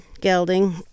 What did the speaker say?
gelding